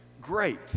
Great